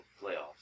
playoffs